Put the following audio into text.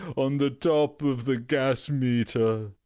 on the top of the gas meter.